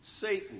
Satan